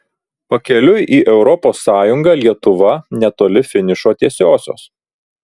pakeliui į europos sąjungą lietuva netoli finišo tiesiosios